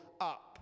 up